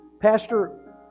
pastor